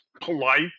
polite